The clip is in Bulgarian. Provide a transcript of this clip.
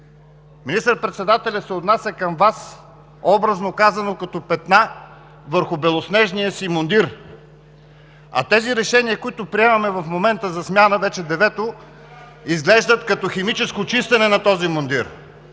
Министър-председателят се отнася към Вас, образно казано, като към петна върху белоснежния си мундир, а тези решения, които приемаме в момента за смяна – вече девето, изглеждат като химическо чистене на този мундир